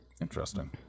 Interesting